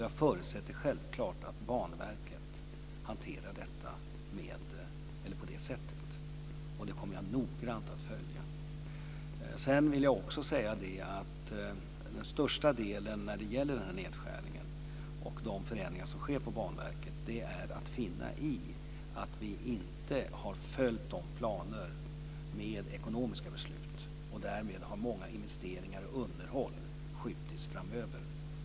Jag förutsätter självklart att Banverket hanterar detta på det här sättet, och det kommer jag noggrant att följa. Sedan vill jag också säga att den största delen, när det gäller den här nedskärningen och de förändringar som sker på Banverket, handlar om att vi inte har följt planerna med ekonomiska beslut. Därmed har många investeringar och mycket underhåll skjutits på framtiden.